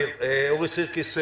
אורי סירקיס,